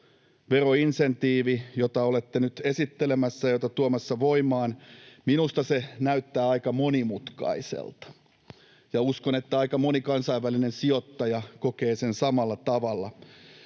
veroinsentiivi, jota olette nyt esittelemässä ja tuomassa voimaan. Minusta se näyttää aika monimutkaiselta, ja uskon, että aika moni kansainvälinen sijoittaja kokee sen samalla tavalla.